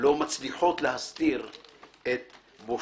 לא מצליחות להסתיר את בושתי.